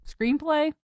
screenplay